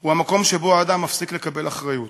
הוא המקום שבו האדם מפסיק לקבל אחריות.